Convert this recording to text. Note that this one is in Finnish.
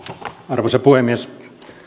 arvoisa puhemies